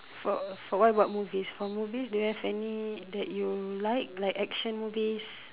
for for what about movies for movies do you have any that you like like action movies